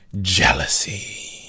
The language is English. jealousy